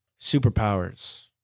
superpowers